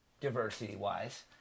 diversity-wise